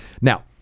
Now